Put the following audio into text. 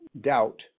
doubt